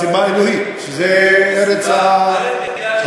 מסיבה אלוהית, שזו הארץ המובטחת.